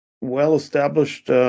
well-established